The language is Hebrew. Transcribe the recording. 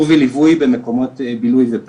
חתירה להשוואת תחושת הביטחון בין האזרחים